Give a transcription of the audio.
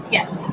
yes